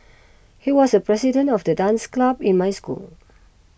he was the president of the dance club in my school